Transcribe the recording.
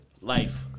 life